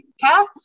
Kath